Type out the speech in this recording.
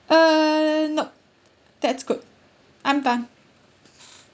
uh nope that's good I'm done